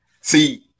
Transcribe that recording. See